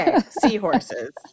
seahorses